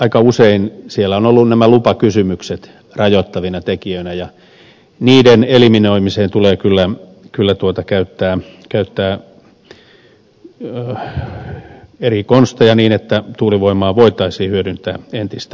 aika usein siellä ovat olleet nämä lupakysymykset rajoittavina tekijöinä ja niiden eliminoimiseen tulee kyllä käyttää eri konsteja niin että tuulivoimaa voitaisiin hyödyntää entistä enempi